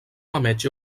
metge